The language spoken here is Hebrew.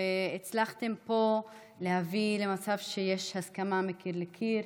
והצלחתם פה להביא למצב שיש הסכמה מקיר לקיר,